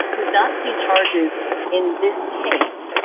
we've not seen charges in this case,